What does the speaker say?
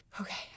okay